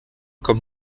kommt